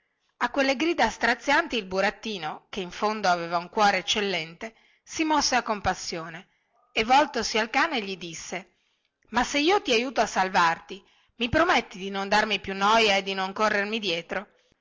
a quelle grida strazianti il burattino che in fondo aveva un cuore eccellente si mosse a compassione e voltosi al cane gli disse ma se io ti aiuto a salvarti mi prometti di non darmi più noia e di non corrermi dietro